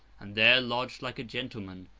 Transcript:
and there lodged like a gentleman,